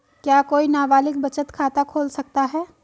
क्या कोई नाबालिग बचत खाता खोल सकता है?